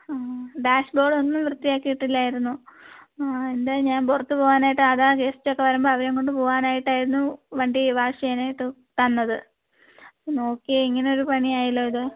ഡാഷ്ബോർഡൊന്നും വൃത്തിയാക്കിയിട്ടില്ലായിരുന്നു ആ എന്തായാലും ഞാൻ പുറത്തു പോവാനായിട്ട് അതാണ് ഗസ്റ്റ് ഒക്കെ വരുമ്പോൾ അവരേയും കൊണ്ട് പോകാനായിട്ടായിരുന്നു വണ്ടി വാഷ് ചെയ്യാനായിട്ട് തന്നത് നോക്കിയേ ഇങ്ങനെയൊരു പണിയായല്ലോ ഇത്